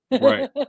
Right